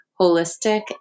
holistic